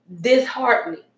disheartening